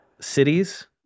cities